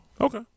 Okay